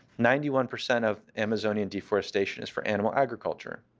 ninety one percent of amazonian deforestation is for animal agriculture,